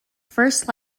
first